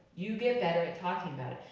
you get better at talking about it.